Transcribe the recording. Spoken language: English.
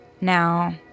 Now